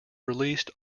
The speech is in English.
released